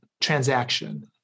transaction